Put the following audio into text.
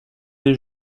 des